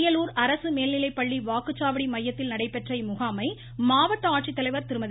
அரியலூர் அரசு மேல்நிலைப்பள்ளி வாக்குச்சாவடி மையத்தில் நடைபெற்ற இம்முகாமை மாவட்ட ஆட்சித்தலைவர் திருமதி